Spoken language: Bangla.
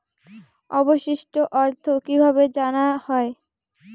অবশিষ্ট অর্থ কিভাবে জানা হয়?